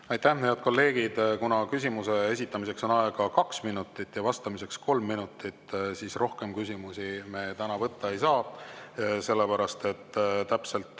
Aitäh! Head kolleegid! Kuna küsimuse esitamiseks on aega kaks minutit ja vastamiseks kolm minutit, siis rohkem küsimusi me täna võtta ei saa, sellepärast et täpselt